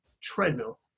treadmill